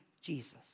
Jesus